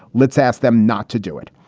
let's ask them not to do it.